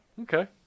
Okay